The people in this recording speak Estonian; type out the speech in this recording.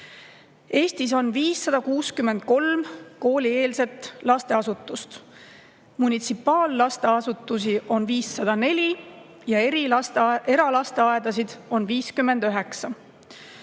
Eestis on 563 koolieelset lasteasutust. Munitsipaallasteasutusi on 504 ja eralasteaedasid on 59.